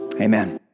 amen